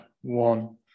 one